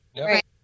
right